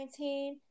2019